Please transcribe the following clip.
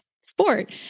sport